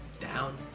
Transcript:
Down